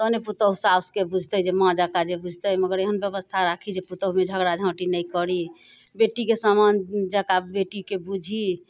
तहने पुतहु सासुके बुझतै जे माँ जकाँ जे बुझतै मगर एहन बेबस्था राखि जे पुतहु भी झगड़ा झाँटि नहि करी बेटीके समान जकाँ बेटीके बुझि